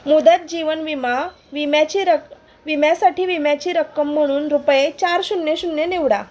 मुदत जीवन विमा विम्याची रक् विम्यासाठी विम्याची रक्कम म्हणून रुपये चार शून्य शून्य निवडा